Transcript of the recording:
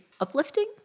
uplifting